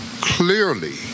clearly